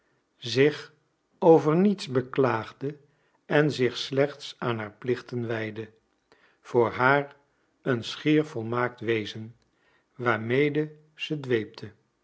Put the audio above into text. zich over niets beklaagde en zich slechts aan haar plichten wijdde voor haar een schier volmaakt wezen waarmede zij dweepte